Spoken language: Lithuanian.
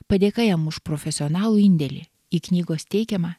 padėka jam už profesionalų indėlį į knygos teikiamą